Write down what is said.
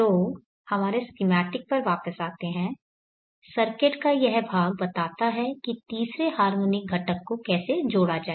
तो हमारे स्कीमैटिक पर वापस आते है सर्किट का यह भाग बताता है कि तीसरे हार्मोनिक घटक को कैसे जोड़ा जाए